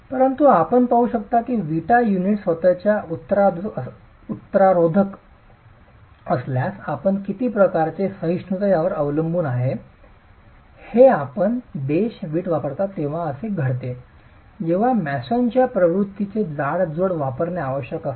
परंतु आपण हे पाहू शकता की विटा युनिट स्वतःच उष्णतारोधक असल्यास आपण किती प्रकारचे सहिष्णुता यावर अवलंबून आहे जे आपण देश विटा वापरता तेव्हा असेच घडते जेव्हा मॅसनच्या प्रवृत्तीने जाड जोड वापरणे आवश्यक असते